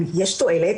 יש תועלת,